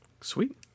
Sweet